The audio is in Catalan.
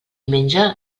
menja